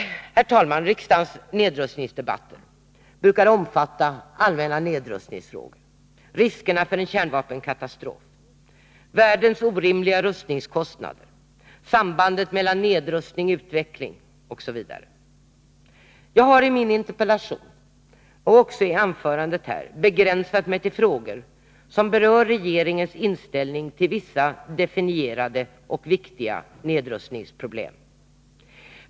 Herr talman! Riksdagens nedrustningsdebatter brukar omfatta allmänna nedrustningsfrågor, riskerna för en kärnvapenkatastrof, världens orimliga rustningskostnader, sambandet mellan nedrustning och utveckling m.m. Jag har i min interpellation, och även i anförandet här, begränsat mig till frågor som berör regeringens inställning till vissa definierade och viktiga nedrustningsproblem.